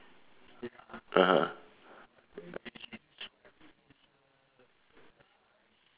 (uh huh)